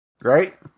Right